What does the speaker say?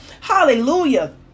hallelujah